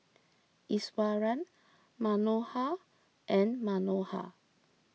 Iswaran Manohar and Manohar